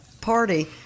party